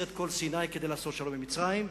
את כל סיני כדי לעשות שלום עם מצרים,